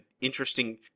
interesting